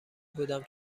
بودم